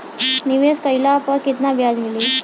निवेश काइला पर कितना ब्याज मिली?